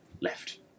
left